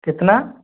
कितना